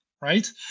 right